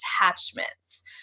attachments